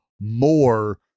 more